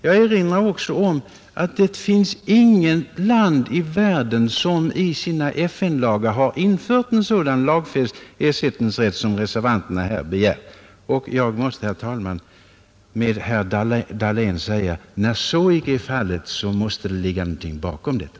Jag erinrar också om att det inte finns något land i världen som i sina FN-lagar har infört en sådan lagfäst ersättningsrätt som reservanterna här begär. Jag måste, herr talman, med herr Dahlén säga att när så icke är fallet, måste det ligga något bakom detta!